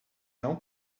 não